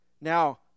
Now